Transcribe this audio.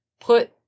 put